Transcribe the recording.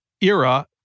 era